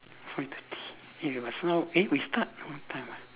five thirty eh just now eh we start what time ah